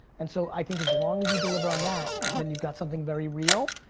and so i think as long as you deliver on that, then you've got something very real.